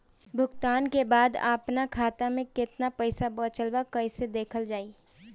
भुगतान के बाद आपन खाता में केतना पैसा बचल ब कइसे देखल जाइ?